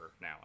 now